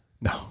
No